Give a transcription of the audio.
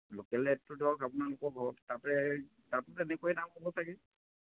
local ৰেটটো ধৰক আপোনালোকৰ ঘৰত তাতে তাতো তেনেকুৱাই দাম হ'ব চাগে